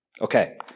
Okay